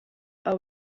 are